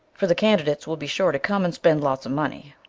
for the candidates will be sure to come and spend lots of money.